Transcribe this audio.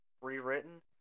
rewritten